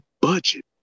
budget